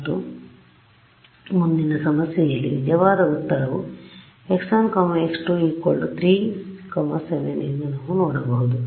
ಮತ್ತು ಮುಂದಿನ ಸಮಸ್ಯೆಯಲ್ಲಿ ನಿಜವಾದ ಉತ್ತರವು x1 x2 3 7 ಎಂದು ನಾವು ನೋಡಬಹುದು